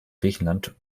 griechenland